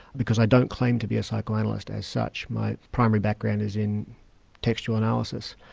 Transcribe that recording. because i don't claim to be a psychoanalyst as such my primary background is in textual analysis,